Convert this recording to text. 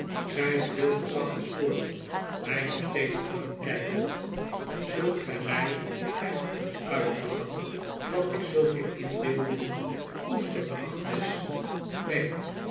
zij speelde zachtjes voort mij nog steeds aankijkend zult gij mij er om uitlachen dat ik zulke inbeeldingen koesterde agnes neen